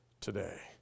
today